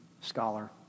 scholar